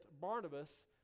Barnabas